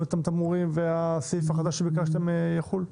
אותם תמרורים והסעיף החדש שביקשתם שיחול?